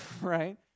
right